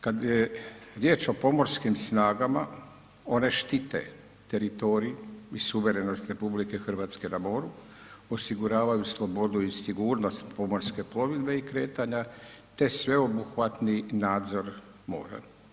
Kad je riječ o pomorskim snagama one štite teritorij i suverenost RH na moru, osiguravaju slobodu i sigurnost pomorske plovidbe i kretanja, te sveobuhvatni nadzor mora.